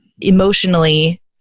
emotionally